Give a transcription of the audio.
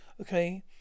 okay